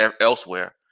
elsewhere